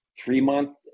three-month